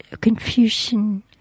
Confucian